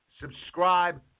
Subscribe